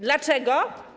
Dlaczego?